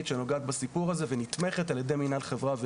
שנוגעת בסיפור הזה ונתמכת על ידי מינהל חברה ונוער.